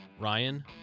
Ryan